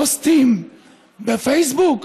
פוסטים בפייסבוק,